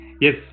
Yes